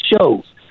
shows